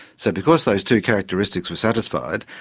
so because those two characteristics were satisfied,